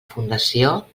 fundació